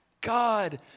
God